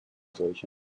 solche